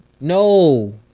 No